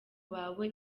bawe